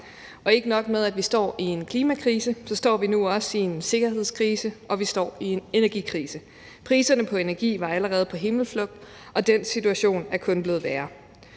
Og ikke nok med at vi står i en klimakrise, men vi står nu også i en sikkerhedskrise, og vi står i en energikrise. Energipriserne var allerede på himmelflugt, og den situation er kun blevet værre.